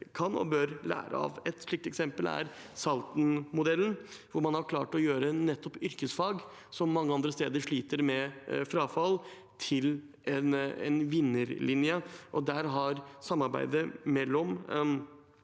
kan og bør lære av. Et slikt eksempel er Salten-modellen, hvor man har klart å gjøre nettopp yrkesfag, som mange andre steder sliter med frafall, til en vinnerlinje. Samarbeidet mellom